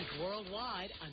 worldwide